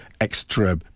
extra